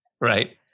right